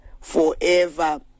forever